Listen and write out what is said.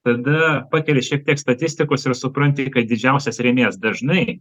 tada pakeli šiek tiek statistikos ir supranti kad didžiausias rėmėjas dažnai